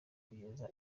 kugeza